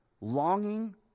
longing